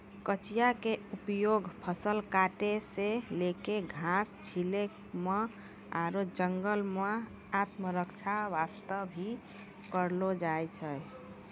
कचिया के उपयोग फसल काटै सॅ लैक घास छीलै म आरो जंगल मॅ आत्मरक्षा वास्तॅ भी करलो जाय छै